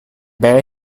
bare